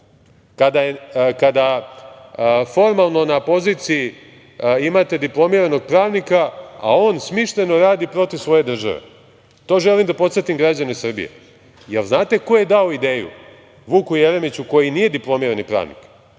kada formalno na poziciji imate diplomiranog pravnika, a on smišljeno radi protiv svoje države. To želim da podsetim građane Srbije. Jel znate ko je dao ideju Vuku Jeremiću koji nije diplomirani pravnik?